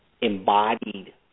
embodied